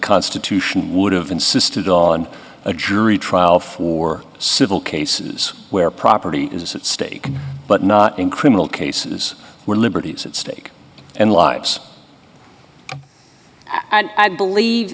constitution would have insisted on a jury trial for civil cases where property is at stake but not in criminal cases were liberties at stake and lives i believe